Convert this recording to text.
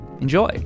enjoy